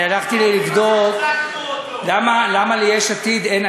הלכתי לבדוק למה ליש עתיד אין,